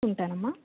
ఉంటానమ్మ